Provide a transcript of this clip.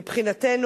מבחינתנו,